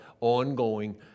ongoing